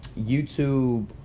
YouTube